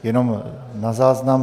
Jenom na záznam.